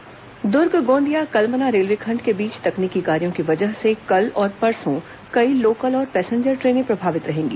train प्रभावित Durg Gondia Kalamna railway खंड के बीच तकनीकी कार्यों की वजह से कल और परसों कई लोकल और पैसेंजर ट्रेनें प्रभावित रहेंगी